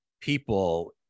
people